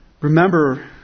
Remember